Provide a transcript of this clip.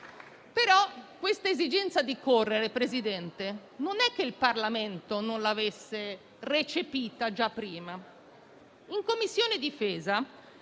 Questa esigenza di correre, signor Presidente, non è che il Parlamento non l'avesse recepita già prima. In Commissione difesa